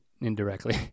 indirectly